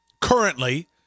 currently